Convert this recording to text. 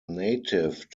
native